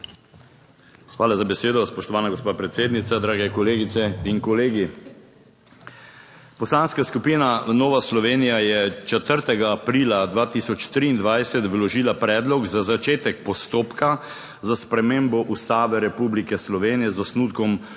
Hvala za besedo, spoštovana gospa predsednica, drage kolegice in kolegi. Poslanska skupina Nova Slovenija je 4. aprila 2023 vložila predlog za začetek postopka za spremembo Ustave Republike Slovenije z osnutkom